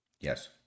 Yes